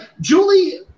Julie